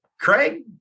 Craig